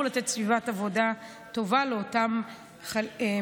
לתת סביבת עבודה טובה לאותם מוטרדים.